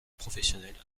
professionnelles